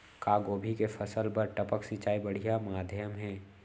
का गोभी के फसल बर टपक सिंचाई बढ़िया माधयम हे?